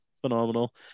Phenomenal